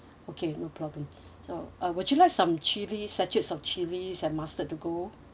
okay no problem so uh would you like some chili sachets of chilies and mustard to go